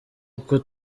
uko